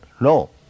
No